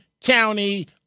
County